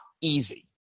easy